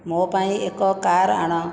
ମୋ ପାଇଁ ଏକ କାର୍ ଆଣ